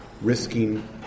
risking